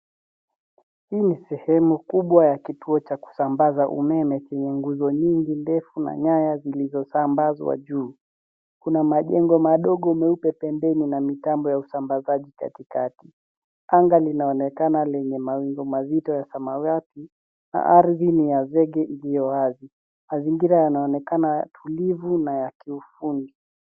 Hii ni sehemu kubwa ya kituo cha kusambaza umeme chenye nguzo nyingi ndefu na nyaya zilizosambazwa juu. Kuna majengo madogo meupe pembeni na mitambo ya usambazaji katikati. Anga linaonekana lenye mawingu mazito ya samawati na ardhi ni ya zege iliyo wazi. Mazingira yanaonekana tulivu na ya kiufundi.